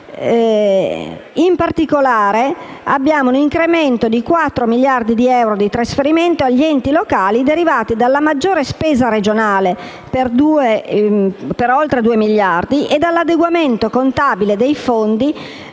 In particolare, abbiamo un incremento di 4 miliardi di euro di trasferimenti agli enti locali derivati dalla maggiore spesa regionale per oltre 2 miliardi e dall'adeguamento contabile dei fondi